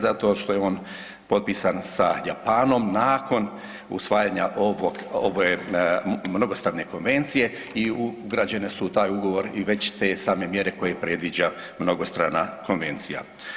Zato što je on potpisan sa Japanom nakon usvajanja ovog, ove mnogostrane konvencije i ugrađene su u taj ugovor i već te same mjere koje predviđa mnogostrana konvencija.